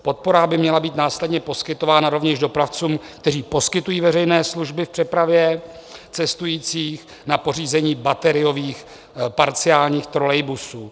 Podpora by měla být následně poskytována rovněž dopravcům, kteří poskytují veřejné služby v přepravě cestujících, na pořízení bateriových parciálních trolejbusů.